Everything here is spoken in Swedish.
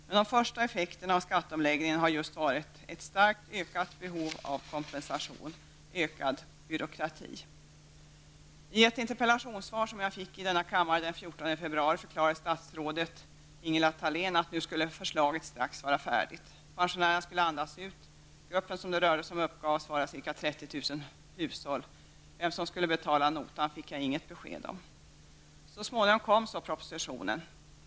Men de första effekterna av skatteomläggningen har just varit ett starkt ökat behov av kompensation, ökad byråkrati. I ett interpellationssvar som jag fick i denna kammare den 14 februari förklarade statsrådet Ingela Thalén att nu skulle förslaget strax vara färdigt. Pensionärerna skulle andas ut. Gruppen som det rörde sig om uppgavs bestå av ca 30 000 hushåll. Vem som skulle betala notan fick jag inget besked om. Så småningom kom propositionen.